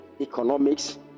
economics